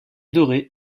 dorées